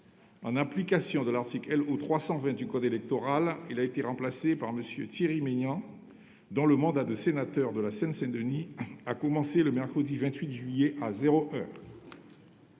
En application de l'article L.O. 320 du code électoral, il a été remplacé par M. Thierry Meignen, dont le mandat de sénateur de la Seine-Saint-Denis a commencé le mercredi 28 juillet, à